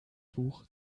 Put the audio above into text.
buch